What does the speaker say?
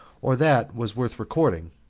or that was worth recording,